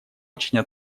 очень